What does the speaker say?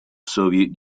soviet